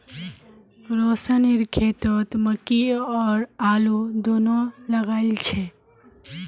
रोशनेर खेतत मकई और आलू दोनो लगइल छ